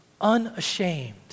unashamed